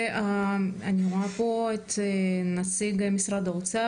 אני רואה פה את נציג משרד האוצר,